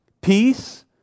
peace